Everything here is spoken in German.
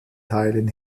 teilen